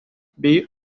bei